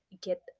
get